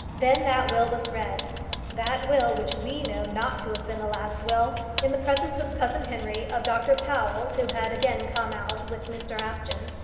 then that will was read that will which we know not to have been the last will in the presence of cousin henry, of dr powell, who had again come out with mr apjohn,